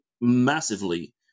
massively